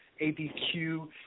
ABQ